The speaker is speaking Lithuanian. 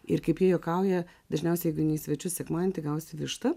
ir kaip jie juokauja dažniausiai ganys svečius sekmadienį gausi višta